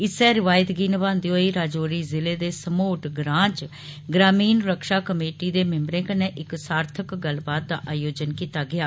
इस्सै रिवायत गी नभान्दे होई राजौरी जिले दे समोट ग्रां च ग्रामीण रक्षा कमेटी दे मिम्बरे कन्नै इक सार्थक गल्लबात दा आयोजन कीता गेआ